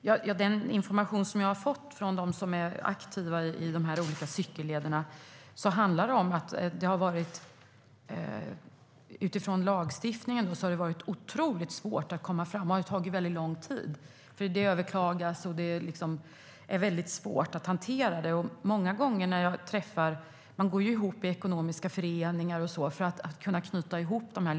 Fru talman! Enligt den information jag har fått av dem som är aktiva med dessa olika cykelleder har det utifrån lagstiftningen varit mycket svårt att komma framåt. Det har tagit lång tid eftersom det överklagas och är svårt att hantera. Man går ihop i ekonomiska föreningar för att kunna knyta ihop lederna.